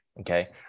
okay